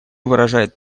выражает